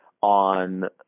on